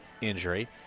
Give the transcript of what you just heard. injury